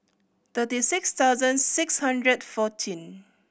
thirty six thousand six hundred fourteen